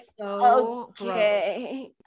okay